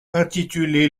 intitulé